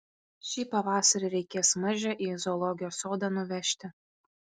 šį pavasarį reikės mažę į zoologijos sodą nuvežti